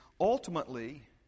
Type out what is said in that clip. Ultimately